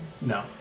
no